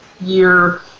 year